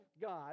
God